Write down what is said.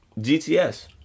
GTS